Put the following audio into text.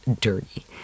dirty